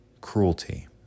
cruelty